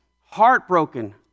heartbroken